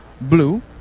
blue